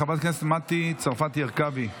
חברת הכנסת מטי צרפתי הרכבי תגיב.